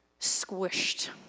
squished